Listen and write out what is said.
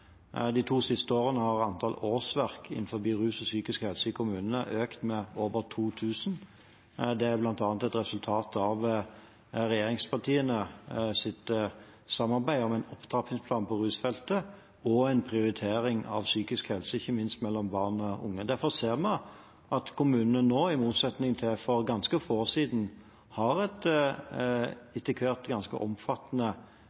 De to siste årene har antall årsverk innenfor rus og psykisk helse i kommunene økt med over 2 000. Det er bl.a. et resultat av regjeringspartienes samarbeid om en opptrappingsplan på rusfeltet og en prioritering av psykisk helse, ikke minst hos barn og unge. Derfor ser vi at kommunene nå, i motsetning til for ganske få år siden, har et